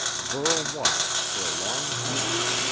burl watched for a long time.